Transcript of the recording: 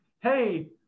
Hey